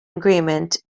agreement